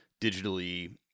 digitally